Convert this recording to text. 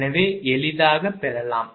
எனவே எளிதாகப் பெறலாம்